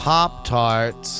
Pop-Tarts